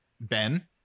ben